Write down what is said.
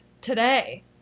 today